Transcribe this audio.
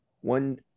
one